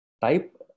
Type